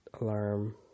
alarm